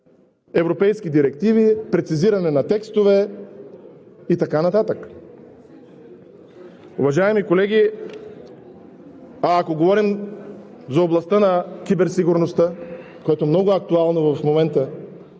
европейските директиви, прецизиране на текстове и така нататък. Уважаеми колеги, а ако говорим за областта на киберсигурността, която е много актуална в момента,